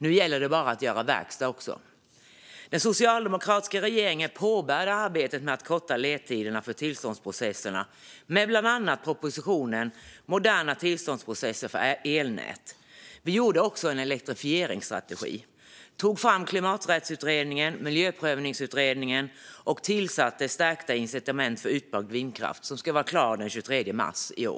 Nu gäller det bara att göra verkstad också. Den socialdemokratiska regeringen påbörjade arbetet med att korta ledtiderna för tillståndsprocesserna med bland annat propositionen Moder na tillståndsprocesser för elnät . Vi gjorde också en elektrifieringsstrategi, tog fram Klimaträttsutredningen och Miljöprövningsutredningen och tillsatte utredningen Stärkta incitament för utbyggd vindkraft, som ska vara klar den 23 mars i år.